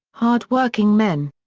hard-working men.